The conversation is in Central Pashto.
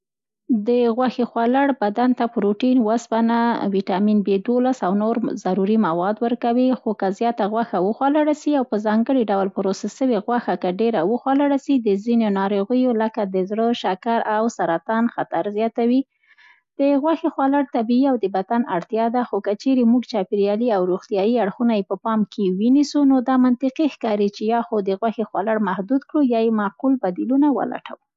د غوښې خوړل بدن ته پروټین، اوسپنه، ویټامین بي دولس او نور ضروري مواد ورکوي، خو که زیاته غوښه وخوړله سي او په ځانګړي ډول پروسس سوې غوښه که ډېره وخوړله سي، د ځینو ناروغی، لکه: د زړه، شکر او سرطان خطر زیاتوي. د غوښې خوړل طبیعي او د بدن اړتیا ده، خو که چیرې موږ چاپېریالي او روغتیايي اړخونه یې په پام کې ونیسو، نو دا منطقي ښکاري چې یا خو د غوښې خوړل محدود کړو یا یې معقول بدیلونه ولټوو.